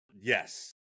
yes